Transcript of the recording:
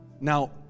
Now